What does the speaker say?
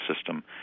system